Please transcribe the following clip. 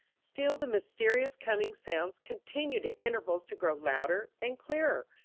still the mysterious coming sounds continued at intervals to grow louder and clearer,